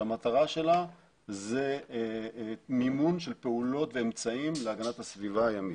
שהמטרה שלה זה מימון של פעולות ואמצעים להגנת הסביבה הימית.